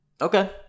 Okay